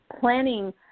planning